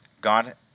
God